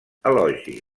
elogia